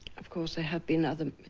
of course there have been other.